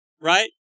Right